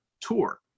tour